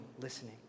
listening